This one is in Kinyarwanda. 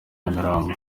nyamirambo